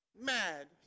mad